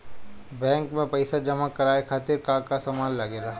Bank में पईसा जमा करवाये खातिर का का सामान लगेला?